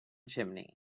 chimney